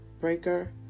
Breaker